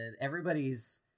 everybody's